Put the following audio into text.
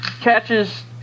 catches